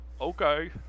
Okay